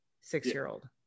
six-year-old